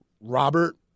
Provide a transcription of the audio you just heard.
Robert